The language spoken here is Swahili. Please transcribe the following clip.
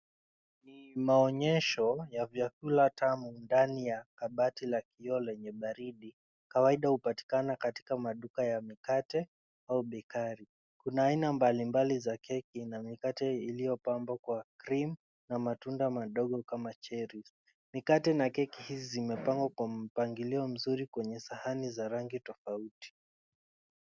Ni maonyesho ya vyakula tamu ndani ya kabati la kioo lenye baridi. Kawaida hupatikana katika maduka ya mikate au bekari .Kuna aina mbalimbali za keki na mikate iliyopambwa kwa cream ,na matunda madogo kama cherries .Mikate na keki hizi zimepangwa kwa mpangilio mzuri kwenye sahani za rangi tofauti.